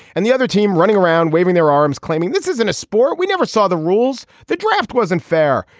and the other team running around waving their arms, claiming this isn't a sport. we never saw the rules. the draft wasn't fair.